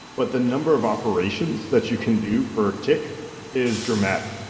but the number of operations that you can do per tick is dramatic.